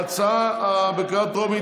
ההצעה עברה בקריאה טרומית,